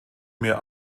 mir